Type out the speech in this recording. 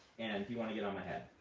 and you want to get on my head.